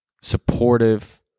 supportive